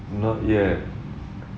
not yet